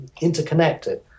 interconnected